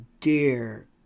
dear